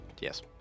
Yes